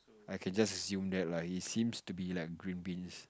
I can just assume that lah he seems to be like green beans